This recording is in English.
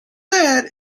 lead